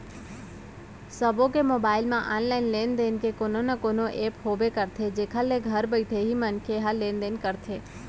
सबो के मोबाइल म ऑनलाइन लेन देन के कोनो न कोनो ऐप होबे करथे जेखर ले घर बइठे ही मनसे ह लेन देन करथे